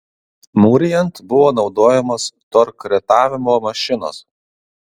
mūrijant buvo naudojamos torkretavimo mašinos